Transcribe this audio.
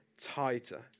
tighter